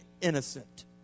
innocent